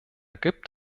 gibt